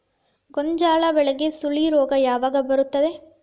ಗೋಂಜಾಳ ಬೆಳೆಗೆ ಸುಳಿ ರೋಗ ಯಾವಾಗ ಬರುತ್ತದೆ?